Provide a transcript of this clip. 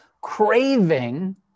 craving